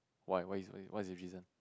why what is what is the reason